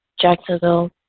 Jacksonville